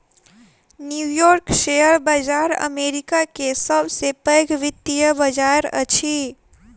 new York share बाजार America के सब से पैघ वित्तीय बाजार अछि